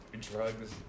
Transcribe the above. Drugs